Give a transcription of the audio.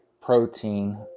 protein